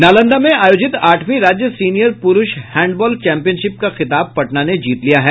नालंदा में आयोजित आठवीं राज्य सीनियर पुरूष हैंडबॉल चैंपियनशिप का खिताब पटना ने जीत लिया है